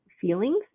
feelings